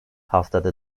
haftada